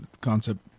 concept